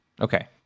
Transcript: Okay